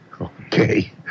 Okay